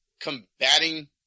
combating